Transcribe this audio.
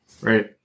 Right